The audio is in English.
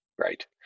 right